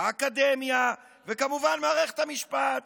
האקדמיה וכמובן מערכת המשפט.